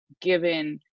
given